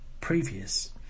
previous